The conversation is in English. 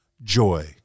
joy